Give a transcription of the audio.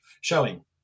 showing